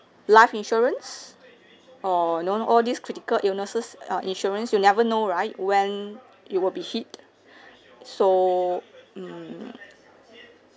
life insurance or you know all these critical illnesses uh insurance you never know right when you will be hit so mm